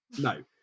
No